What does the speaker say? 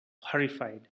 horrified